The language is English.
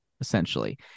essentially